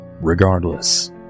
Regardless